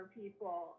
people